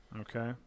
Okay